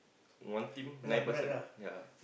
one team nine person yea